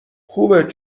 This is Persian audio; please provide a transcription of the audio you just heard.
خوبه